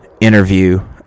interview